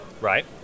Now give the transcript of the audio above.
Right